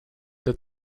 that